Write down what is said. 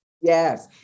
Yes